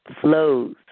flows